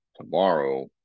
tomorrow